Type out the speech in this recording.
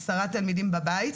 תלמידים בבית.